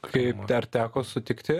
kaip dar teko sutikti